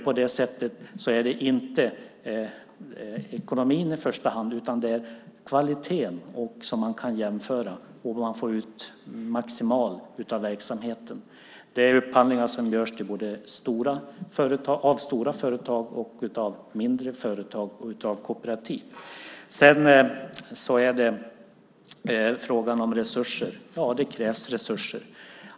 På det sättet är det inte ekonomin i första hand utan kvaliteten som man kan jämföra, och man får ut maximalt av verksamheten. Det är upphandlingar som görs av både stora företag, av mindre företag och av kooperativ. Sedan var det frågan om resurser. Ja, det krävs resurser.